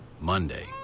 Monday